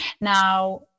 now